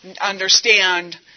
understand